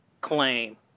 claim